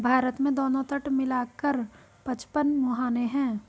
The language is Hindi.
भारत में दोनों तट मिला कर पचपन मुहाने हैं